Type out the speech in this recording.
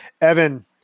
Evan